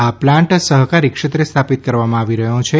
આ પ્લાન્ટ સહકારી ક્ષેત્રે સ્થાપિત કરવામાં આવી રહ્યો છે